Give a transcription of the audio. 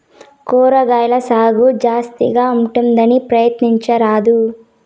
కూరగాయల సాగు జాస్తిగా ఉంటుందన్నా, ప్రయత్నించరాదూ